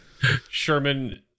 Sherman